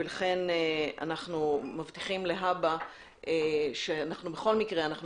ולכן אנחנו מבטיחים להבא ובכל מקרה אנחנו